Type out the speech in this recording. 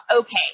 okay